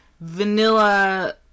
vanilla